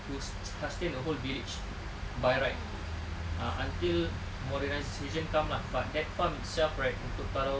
to sustain the whole village by right ah until modernization come lah but that farm itself right untuk kalau